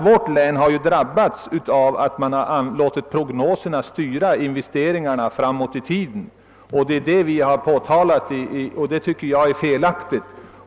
Vårt län har ju drabbats av att man låtit dessa prognoser styra investeringarna framåt i tiden, vilket jag tycker är felaktigt. Vi har påtalat denna sak.